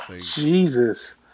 Jesus